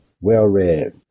well-read